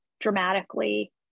dramatically